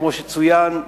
כמו שצוין,